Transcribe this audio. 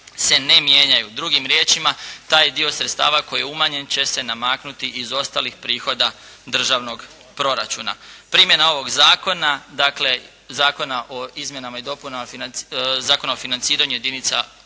se ne mijenjaju. Drugim riječima, taj dio sredstava koji je umanjen će se namaknuti iz ostalih prihoda državnog proračuna. Primjena ovog zakona, dakle Zakona o izmjenama i dopunama Zakona o financiranju jedinica